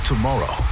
tomorrow